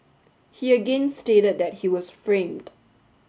he again stated that he was framed